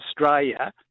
Australia